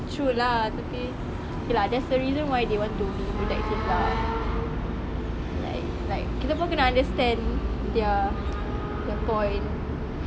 true lah tapi okay lah there's a reason why they want to overprotective lah like like kita pun kena understand their the point